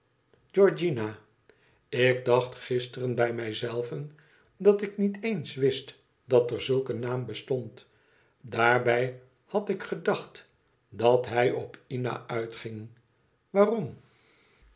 georgiana tgeorgiana ik dacht gisteren bij mij zelven dat ik niet eens wist dat er zulk een naam bestond daarbij had ik gedacht dat hij op ina uitging waarom